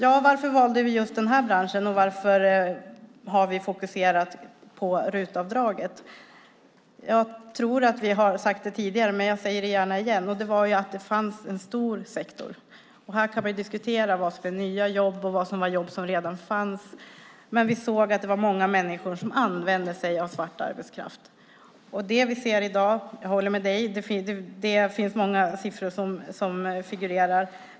Varför valde vi då just den här branschen, och varför har vi fokuserat på RUT-avdraget? Jag tror att vi har sagt det förut, men jag säger det gärna igen. Det fanns ju en stor sektor på detta område. Man kan diskutera vad som är nya jobb och vilka jobb som redan fanns. Men vi såg att det var många människor som använde sig av svart arbetskraft. Jag håller med dig om att det figurerar många siffror.